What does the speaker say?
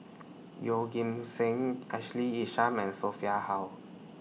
Yeoh Ghim Seng Ashley Isham and Sophia Hull